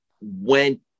went